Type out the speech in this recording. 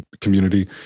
community